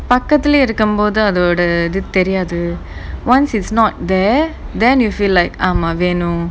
பக்கத்துலேயே இருக்கோம் போது அதோட இது தெரியாது:pakkathulayae irukom pothu athoda ithu theriyaathu once it's not there then you feel like ஆமா வேணும்:aamaa vaenum